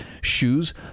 shoes